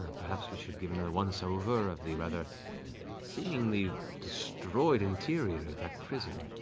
perhaps we should give another once-over of the rather seemingly destroyed interior of that prison.